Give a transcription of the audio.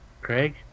Craig